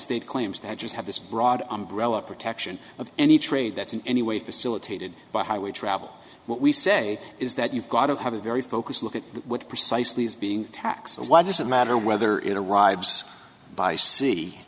state claims to just have this broad umbrella protection of any trade that's in any way facilitated by highway travel what we say is that you've gotta have a very focused look at what precisely is being taxed as what does it matter whether it arrives by se